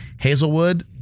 Hazelwood